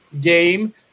game